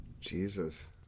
Jesus